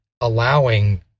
allowing